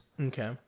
Okay